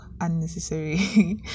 unnecessary